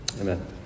Amen